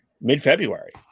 mid-February